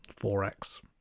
4X